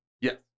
Yes